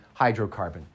hydrocarbon